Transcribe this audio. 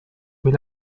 will